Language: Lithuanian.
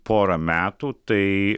porą metų tai